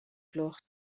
gloch